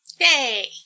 Yay